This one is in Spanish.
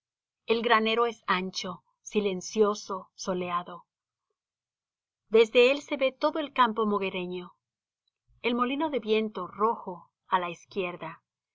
el granero es ancho silencioso soleado desde él se ve todo el campo moguereño el molino de viento rojo á la izquierda